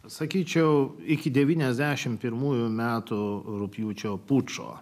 sakyčiau iki devyniasdešim pirmųjų metų rugpjūčio pučo